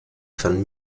van